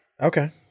Okay